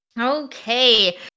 Okay